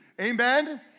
Amen